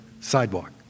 sidewalk